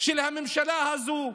של הממשלה הזו,